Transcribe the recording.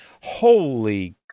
Holy